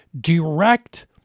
direct